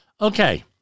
Okay